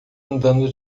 andando